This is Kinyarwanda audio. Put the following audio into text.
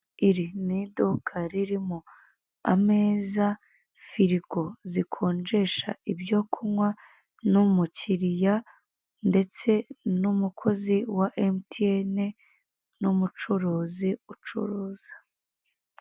Iri ni iduka ririmo; ameza, firigo zikonjesha ibyo kunkwa n'umukiriya ndetse n'umukozi wa MTN n'umucuruzi ucuruza.